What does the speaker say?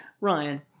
Ryan